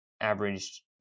averaged